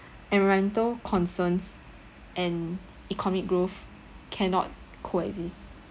environmental concerns and economic growth cannot co-exist